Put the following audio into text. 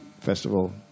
festival